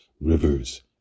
rivers